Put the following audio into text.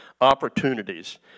opportunities